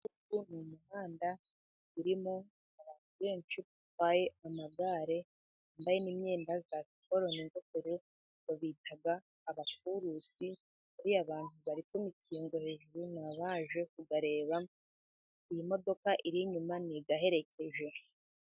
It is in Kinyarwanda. Uyu ni umuhanda urimo abantu benshi batwaye amagare bambaye n'imyenda ya siporo, n'ingofero babita abakurusi, bariya bantu bari ku mukingo hejuru ni abaje kubareba, iyi modoka iri inyuma ni ibaherekeje.